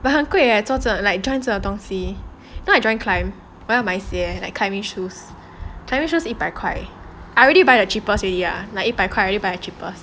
but 很贵 leh join 这种东西 you know I join climb 我要买鞋 like climbing shoes climbing shoes 一百块 I already buy the cheapest already ah like 一百块 already buy the cheapest